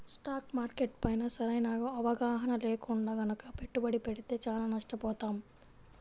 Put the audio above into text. stock market పైన సరైన అవగాహన లేకుండా గనక పెట్టుబడి పెడితే చానా నష్టపోతాం